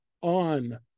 on